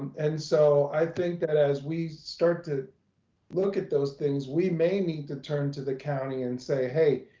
and so i think that as we start to look at those things, we may need to turn to the county and say, hey,